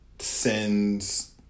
sends